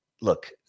look